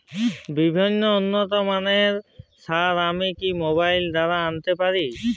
বিভিন্ন উন্নতমানের সার আমি কি মোবাইল দ্বারা আনাতে পারি?